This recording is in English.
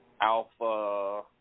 Alpha